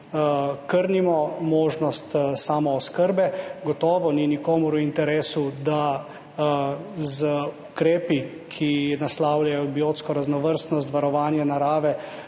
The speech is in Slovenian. krnimo možnost samooskrbe, gotovo ni nikomur v interesu, da z ukrepi, ki naslavljajo biotsko raznovrstnost, varovanje narave,